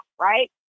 right